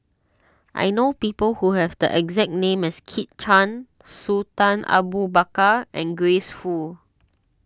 I know people who have the exact name as Kit Chan Sultan Abu Bakar and Grace Fu